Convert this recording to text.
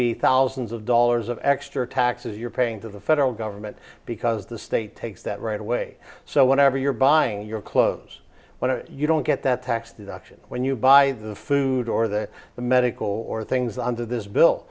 be thousands of dollars of extra taxes you're paying to the federal government because the state takes that right away so whenever you're buying your clothes when you don't get that tax deduction when you buy the food or the the medical or things